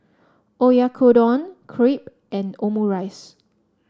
Oyakodon Crepe and Omurice